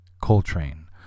Coltrane